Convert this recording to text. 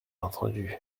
entendu